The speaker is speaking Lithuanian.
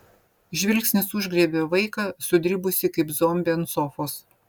žvilgsnis užgriebė vaiką sudribusį kaip zombį ant sofos